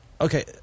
Okay